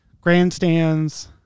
Grandstands